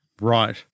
Right